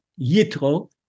Yitro